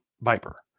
viper